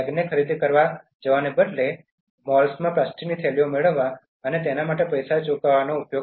ખરીદી કરવા મોલ્સમાં પ્લાસ્ટિકની થેલીઓ મેળવવા અને તેના માટે પૈસા ચૂકવવા ને બદલે તમારી બેગનો ઉપયોગ કરો